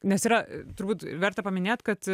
nes yra turbūt verta paminėt kad